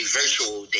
virtual